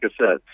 cassettes